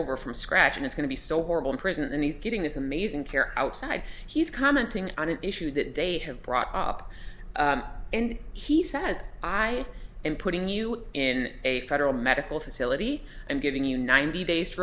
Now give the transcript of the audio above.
over from scratch and is going to be so horrible in prison and he's getting this amazing care outside he's commenting on an issue that they have brought up and he says i am putting you in a federal medical facility and giving you ninety days